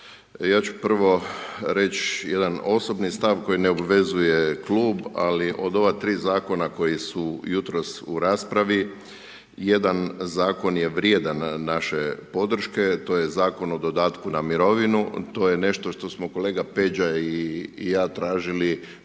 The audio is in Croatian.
Ja ću prvo reći jedan osobni stav koji ne obvezuje klub, ali od ova 3 zakona koji su jutros u raspravi, jedan zakon je vrijedan naše podrške, to je Zakon o dodatku na mirovinu, to je nešto što smo kolega Peđa i ja tražili da se riješi